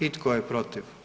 I tko je protiv?